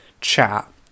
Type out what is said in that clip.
chat